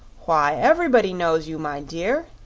why, everybody knows you, my dear,